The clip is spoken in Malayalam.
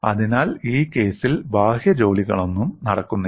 അതിനാൽ ഈ കേസിൽ ബാഹ്യ ജോലികളൊന്നും നടക്കുന്നില്ല